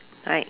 right